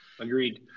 Agreed